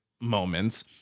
moments